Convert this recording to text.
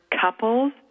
couples